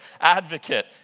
advocate